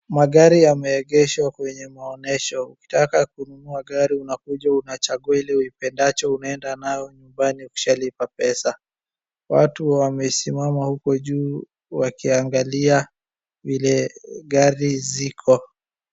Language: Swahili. Magari yameegeshwa kwenye maonesho. Ukitaka kununua gari, unakuja unachagua ile uipendacho unaenda nayo nyumbani ukishalipa pesa. Watu wamesimama uko juu wakiangalia vile gari ziko.